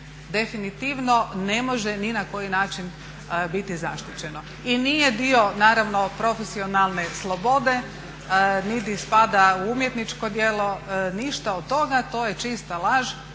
definitivno ne može ni na koji način biti zaštićeno i nije dio naravno profesionalne slobode niti spada u umjetničko djelo, ništa od toga. To je čista laž